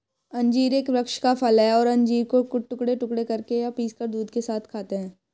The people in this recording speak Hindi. अंजीर एक वृक्ष का फल है और अंजीर को टुकड़े टुकड़े करके या पीसकर दूध के साथ खाते हैं